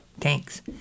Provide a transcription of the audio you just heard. Thanks